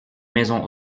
maisons